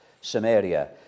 Samaria